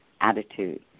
attitude